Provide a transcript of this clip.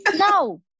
no